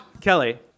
Kelly